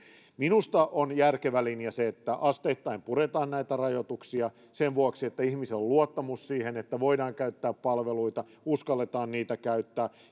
minusta on järkevä linja että asteittain puretaan näitä rajoituksia sen vuoksi että ihmisillä on luottamus siihen että voidaan käyttää palveluita uskalletaan niitä käyttää